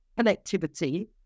connectivity